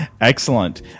Excellent